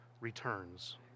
returns